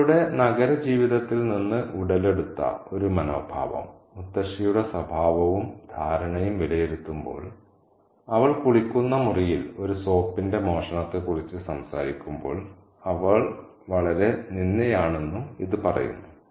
അവളുടെ നഗരജീവിതത്തിൽ നിന്ന് ഉടലെടുത്ത ഒരു മനോഭാവം മുത്തശ്ശിയുടെ സ്വഭാവവും ധാരണയും വിലയിരുത്തുമ്പോൾ അവൾ കുളിക്കുന്ന മുറിയിൽ ഒരു സോപ്പിന്റെ മോഷണത്തെക്കുറിച്ച് സംസാരിക്കുമ്പോൾ അവൾ വളരെ നിന്ദ്യയാണെന്നും ഇത് പറയുന്നു